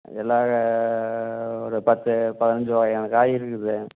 எல்லாம் ஒரு பத்து பதினைஞ்சு வகையான காய் இருக்குது